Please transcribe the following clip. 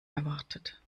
erwartet